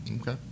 Okay